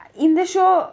in the show